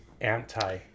anti